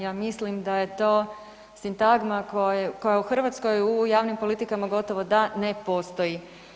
Ja mislim da je to sintagma koja u Hrvatskoj u javnim politikama gotovo da ne postoji.